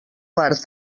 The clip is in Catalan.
parts